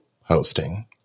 hosting